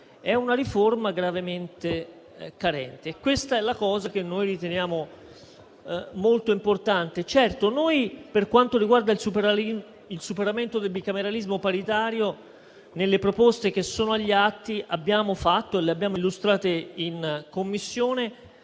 Parlamento, è gravemente carente. Questa è la cosa che noi riteniamo molto importante. Certo noi, per quanto riguarda il superamento del bicameralismo paritario, nelle proposte che sono agli atti, abbiamo presentato e illustrato in Commissione